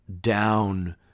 down